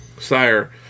sire